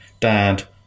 dad